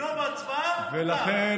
לגנוב הצבעה, מותר, לכן,